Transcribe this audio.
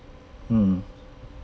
mm